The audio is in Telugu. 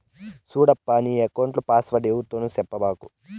సూడప్పా, నీ ఎక్కౌంట్ల పాస్వర్డ్ ఎవ్వరితోనూ సెప్పబాకు